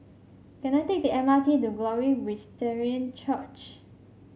can I take the M R T to Glory Presbyterian Church